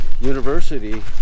university